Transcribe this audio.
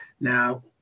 Now